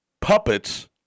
puppets